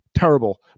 Terrible